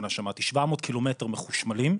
700 קילומטרים מחושמלים.